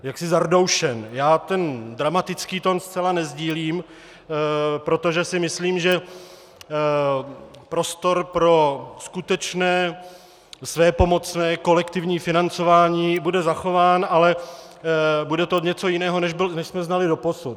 Já ten dramatický tón zcela nesdílím, protože si myslím, že prostor pro skutečné svépomocné kolektivní financování bude zachován, ale bude to něco jiného, než jsme znali doposud.